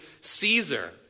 Caesar